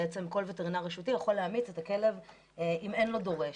בעצם כל וטרינר רשותי יכול להמית את הכלב אם אין לו דורש.